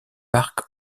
parcs